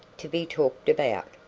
to be talked about.